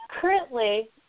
Currently